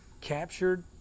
captured